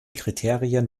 kriterien